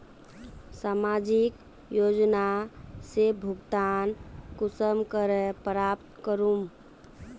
सामाजिक योजना से भुगतान कुंसम करे प्राप्त करूम?